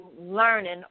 learning